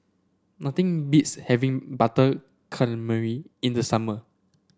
nothing beats having Butter Calamari in the summer